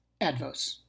Advos